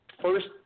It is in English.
first